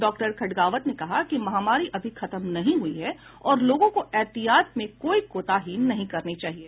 doctor Khadgawat ने कहा कि महामारी अभी खत्म नहीं हुई है और लोगों को ऐहतियात में कोई कोताही नहीं करनी चाहिए